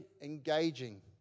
engaging